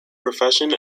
profession